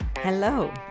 Hello